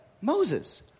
Moses